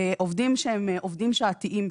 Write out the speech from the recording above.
עובדים שהם עובדים שעתיים בכלל.